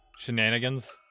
Shenanigans